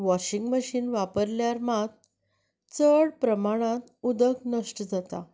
washing machine वापरल्यार मात चड प्रमाणान उदक नश्ट जाता